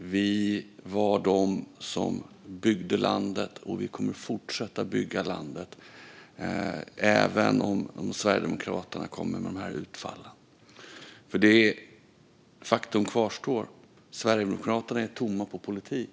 Vi var de som byggde landet, och vi kommer att fortsätta bygga landet även om Sverigedemokraterna kommer med de här utfallen. Faktum kvarstår: Sverigedemokraterna är tomma på politik.